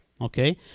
okay